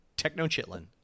Techno-chitlin